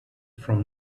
from